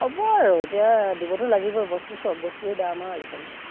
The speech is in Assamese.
হ'ব আৰু এতিয়া দিবতো লাগিবই বস্তু চব বস্তুৱেই দাম আৰু আজিকালি